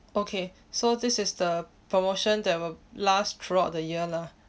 okay so this is the promotion that will last throughout the year lah